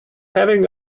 having